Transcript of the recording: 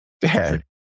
dad